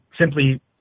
simply